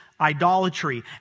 idolatry